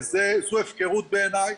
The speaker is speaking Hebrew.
זאת הפקרות בעיניי.